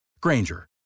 Granger